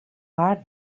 hard